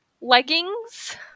leggings